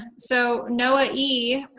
so noah e,